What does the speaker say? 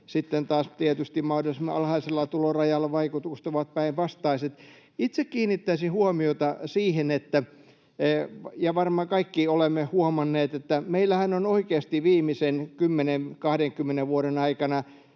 sitten taas tietysti mahdollisimman alhaisella tulorajalla vaikutukset ovat päinvastaiset. Itse kiinnittäisin huomiota siihen, ja varmaan kaikki olemme sen huomanneet, että meillähän ovat oikeasti viimeisen 10—20 vuoden aikana